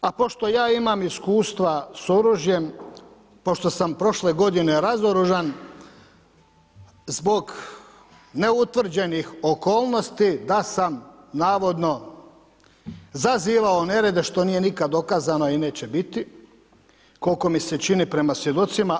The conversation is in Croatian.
A pošto ja imam iskustva s oružjem, pošto sam prošle godine razoružan zbog neutvrđenih okolnosti da sam navodno zazivao nerede što nije nikada dokazano i neće biti koliko mi se čini prema svjedocima.